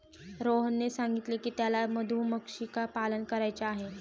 रोहनने सांगितले की त्याला मधुमक्षिका पालन करायचे आहे